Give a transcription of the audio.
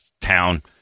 town